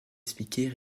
expliquer